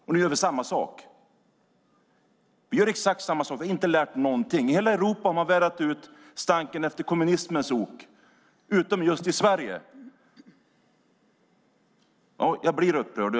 Och nu gör vi exakt samma sak - vi har inte lärt någonting. I hela Europa har man vädrat ut stanken efter kommunismens ok, utom just i Sverige. Varför? Jag blir upprörd.